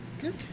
good